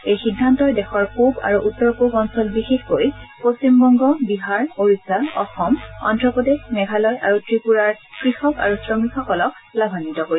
এই সিদ্ধান্তই দেশৰ পূব আৰু উত্তৰ পূব অঞ্চল বিশেষকৈ পশ্চিমবংগ বিহাৰ ওড়িশা অসম অভ্ৰপ্ৰদেশ মেঘালয় আৰু ত্ৰিপুৰাৰ কৃষক আৰু শ্ৰমিক সকলক লাভান্বিত কৰিব